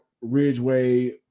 Ridgeway